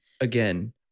Again